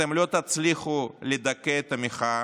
אתם לא תצליחו לדכא את המחאה.